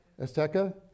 Azteca